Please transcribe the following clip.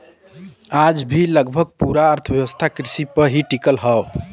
आज भी लगभग पूरा अर्थव्यवस्था कृषि पर ही टिकल हव